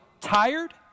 tired